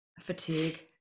fatigue